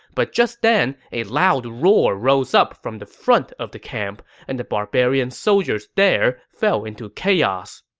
but just then, a loud roar rose up from the front of the camp, and the barbarian soldiers there fell into chaos.